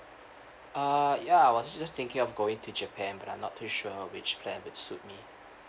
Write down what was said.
uh ya I was just thinking of going to japan but I'm not too sure which plan would suit me